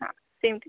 हा same to you